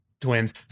twins